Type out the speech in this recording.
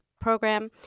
program